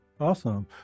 Awesome